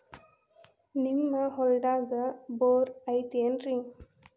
ನಿಮ್ಮ ಹೊಲ್ದಾಗ ಬೋರ್ ಐತೇನ್ರಿ?